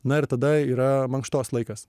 na ir tada yra mankštos laikas